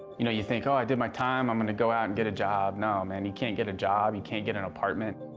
you know, you think, oh, i did my time, i'm gonna go out and get a job. no, man, um and you can't get a job, you can't get an apartment.